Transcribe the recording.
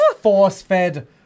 force-fed